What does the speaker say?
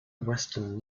western